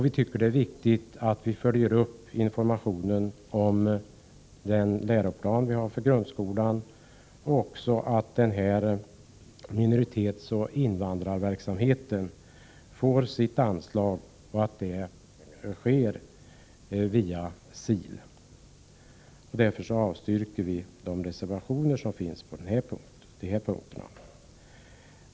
Vi tycker att det är viktigt att vi följer upp informationen om den läroplan som gäller för grundskolan, liksom att minoritetsoch invandrarverksamheten får sitt anslag och får det via SIL. Därför avstyrker vi de reservationer som finns på dessa punkter.